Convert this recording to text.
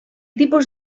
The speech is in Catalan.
tipus